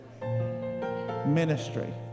ministry